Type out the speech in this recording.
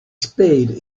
spade